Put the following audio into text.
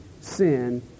sin